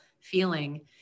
feeling